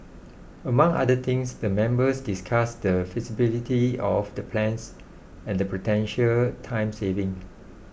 among other things the members discussed the feasibility of the plans and the potential time savings